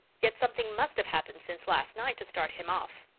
yet something must have happened since last night to start him off.